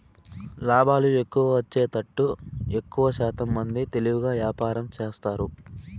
లాభాలు ఎక్కువ వచ్చేతట్టు ఎక్కువశాతం మంది తెలివిగా వ్యాపారం చేస్తారు